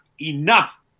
enough